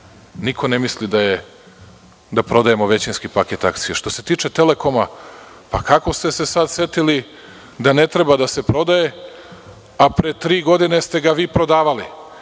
niko ne misli da je da prodajemo većinski paket akcija. Što se tiče „Telekoma“, a kako ste se sada setili da ne treba da se prodaje, a pre tri godine ste ga vi prodavali